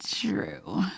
true